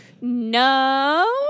No